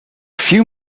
few